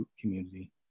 community